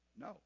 No